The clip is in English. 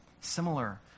Similar